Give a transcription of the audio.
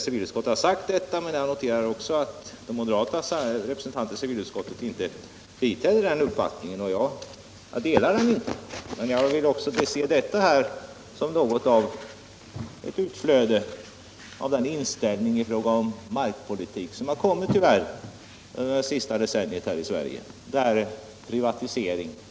Civilutskottet har sagt detta, men jag noterar också att den moderata representanten i civilutskottet inte biträtt den uppfattningen. Jag delar inte heller utskottets uppfattning. Men jag vill också se detta som något av ett utflöde av den inställning i fråga om markpolitik som vi tyvärr fått här i Sverige under det senaste decenniet.